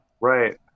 right